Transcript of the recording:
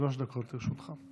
שלוש דקות לרשותך.